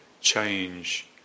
change